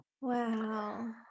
wow